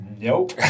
nope